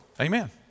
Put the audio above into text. Amen